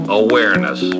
awareness